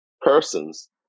Persons